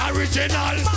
Original